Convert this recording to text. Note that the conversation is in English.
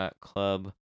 Club